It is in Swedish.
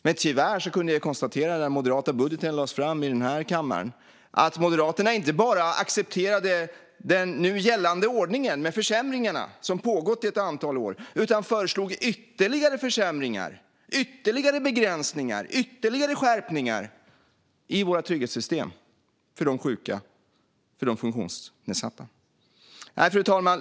Men när den moderata budgeten lades fram i den här kammaren kunde jag tyvärr konstatera att Moderaterna inte bara accepterade försämringarna med den nu gällande ordningen, som rått i ett antal år, utan dessutom föreslog ytterligare försämringar, ytterligare begränsningar och ytterligare skärpningar i våra trygghetssystem för de sjuka och för de funktionsnedsatta. Fru talman!